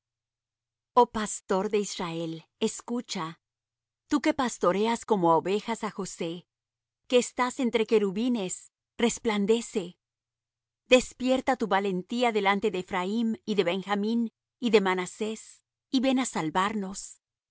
oh pastor de israel escucha tú que pastoreas como á ovejas á josé que estás entre querubines resplandece despierta tu valentía delante de ephraim y de benjamín y de manasés y ven á salvarnos